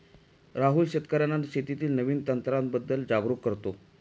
राहुल शेतकर्यांना शेतीतील नवीन तंत्रांबद्दल जागरूक करतो